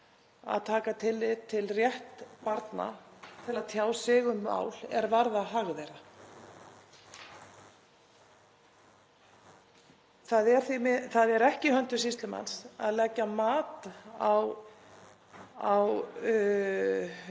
að taka tillit til réttar barna til að tjá sig um mál er varða hag þeirra. Það er ekki í höndum sýslumanns að leggja mat á